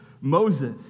Moses